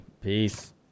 Peace